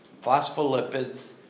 phospholipids